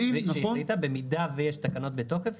במידה ויש תקנות בתוקף,